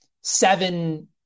seven